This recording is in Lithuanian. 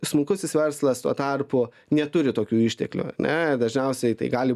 smulkusis verslas tuo tarpu neturi tokių išteklių ar ne dažniausiai tai gali